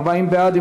40 בעד.